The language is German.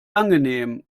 angenehm